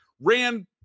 ran